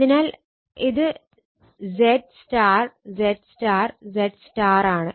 അതിനാൽ ഇത് ZY ZY ZY ആണ്